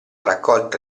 raccolta